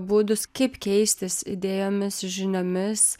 būdus kaip keistis idėjomis žiniomis